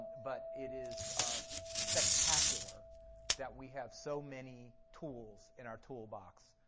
but it is spectacular that we have so many tools in our toolbox,